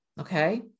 Okay